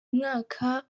mwaka